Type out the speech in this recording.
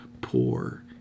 poor